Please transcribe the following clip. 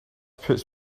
puts